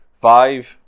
Five